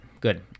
good